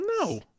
No